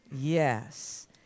Yes